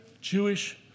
Jewish